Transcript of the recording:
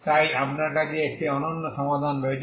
তাই আপনার কাছে একটি অনন্য সমাধান রয়েছে